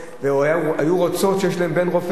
היו רוצות שיהיה להן בן רופא.